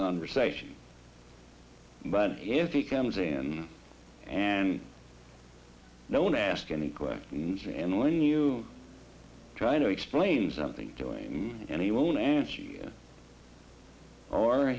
conversation but if he comes in and don't ask any questions and when you try to explain something to him and he won't answer